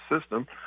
system